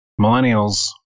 millennials